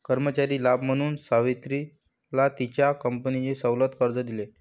कर्मचारी लाभ म्हणून सावित्रीला तिच्या कंपनीने सवलत कर्ज दिले